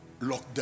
lockdown